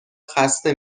خسته